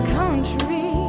country